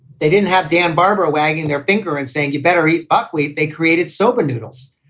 they didn't have dan barbara wagging their finger and saying, you better eat buckwheat. they created soba noodles.